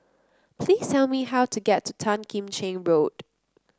please tell me how to get to Tan Kim Cheng Road